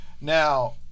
now